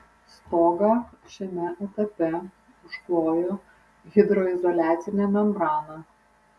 stogą šiame etape užklojo hidroizoliacine membrana